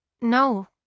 No